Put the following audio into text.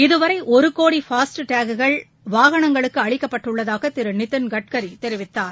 இதுவரை ஒரு கோடி ஃபாஸ்ட்டேக் கள் வாகனங்களுக்கு அளிக்கப்பட்டுள்ளதாக திரு நிதின் கட்கரி தெரிவித்தார்